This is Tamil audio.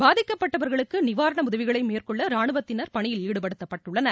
பாதிக்கப்பட்டவர்களுக்கு நிவாரண உதவிகளை மேற்கொள்ள ரானுவத்தினர் பணியில் ஈடுபடுத்தப்பட்டுள்ளனர்